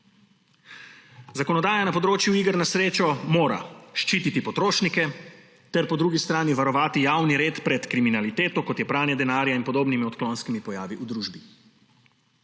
Zakonodaja na področju iger na srečo mora ščititi potrošnike ter po drugi strani varovati javni red pred kriminaliteto, kot so pranje denarja in podobni odklonski pojavi v družbi.